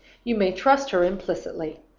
you may trust her implicitly.